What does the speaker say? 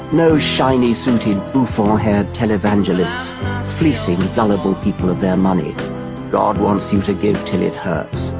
no shiney suited blue forehead televangelists fleecing gullible people their money god wants you to give till it hurts